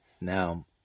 Now